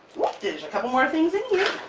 whoop, there's a couple more things in